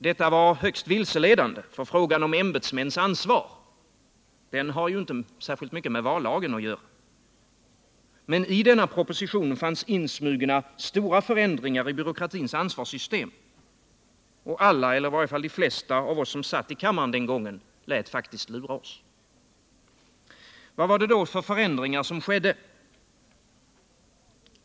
Detta var högst vilseledande, för frågan om ämbetsmäns ansvar har inte särskilt mycket med vallagen att göra. Men i denna proposition fanns insmugna stora förändringar i byråkratins ansvarssystem. Och alla, eller i varje fall de flesta av oss som satt i kammaren den gången lät faktiskt lura sig. Vad var det då för förändringar som skedde?